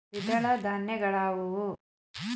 ದ್ವಿದಳ ಧಾನ್ಯಗಳಾವುವು?